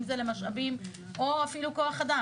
אם זה למשאבים או אפילו כוח אדם.